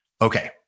okay